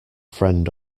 friend